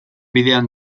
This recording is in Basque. bidean